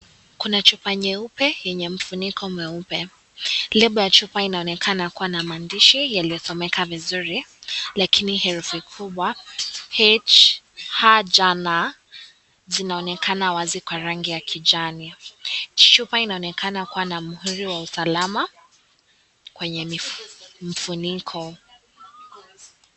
Kuna chupa nyeupe yenye mfuniko mweupe lebo ya chupa inaonekana kuwa na maandishi yaliyo someka vizuri lakini herufi kibwa H J na zinaonekana kwa rangi ya kijani chupa inaonekana kuwa na muhuri wa usalama kwenye mfuniko.